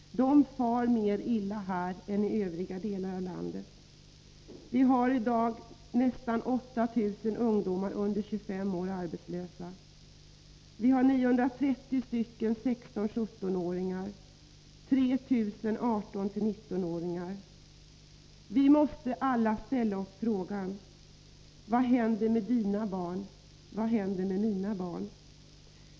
De far mer illa t.ex. här i Stockholm än i övriga delar av landet. Vi har i dag nästan 8 000 ungdomar under 25 år arbetslösa. Vi har 930 16-17-åringar och 3 000 18-19-åringar. Vi måste ställa oss frågan: Vad händer med dina och mina barn?